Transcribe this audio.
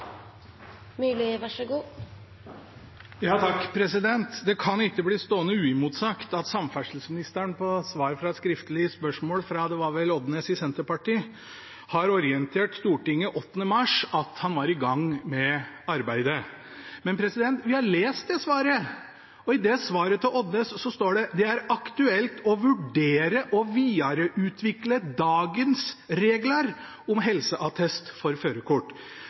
Det kan ikke bli stående uimotsagt at samferdselsministeren i svar på et skriftlig spørsmål – det var vel fra Odnes i Senterpartiet – orienterte Stortinget 8. mars om at han var i gang med arbeidet. Men vi har lest det svaret, og i svaret til Odnes står det: «Det er aktuelt å vurdere å vidareutvikle dagens reglar om helseattest for førarkort». At det er aktuelt å vurdere å videreutvikle dagens regler om helseattest,